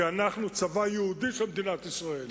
כי אנחנו צבא ייעודי של מדינת ישראל,